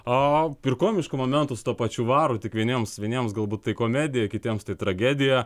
ir komiškų momentų su tuo pačiu varu tik vieniems vieniems galbūt tai komedija kitiems tai tragedija